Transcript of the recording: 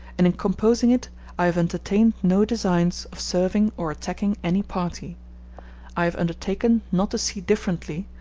and in composing it i have entertained no designs of serving or attacking any party i have undertaken not to see differently,